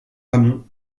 amont